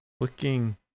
looking